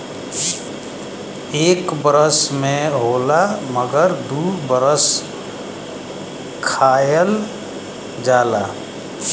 एक बरस में होला मगर दू बरस खायल जाला